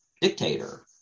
dictator